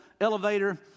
elevator